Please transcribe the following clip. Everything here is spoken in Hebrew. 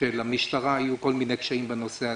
במקרים שלמשטרה היו קשיים בנושא,